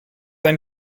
ein